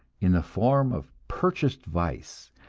in the form of purchased vice,